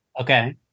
Okay